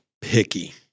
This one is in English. picky